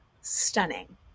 stunning